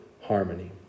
harmony